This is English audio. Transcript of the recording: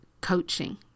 coaching